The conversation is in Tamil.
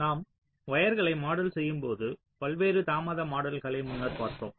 நாம் வயர்களை மாடல் செய்யும் போது பல்வேறு தாமத மாடல்களை முன்னர் பார்த்தோம்